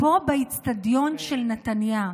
פה באצטדיון של נתניה.